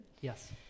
Yes